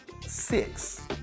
Six